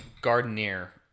gardener